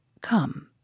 Come